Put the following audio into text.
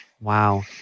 Wow